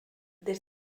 des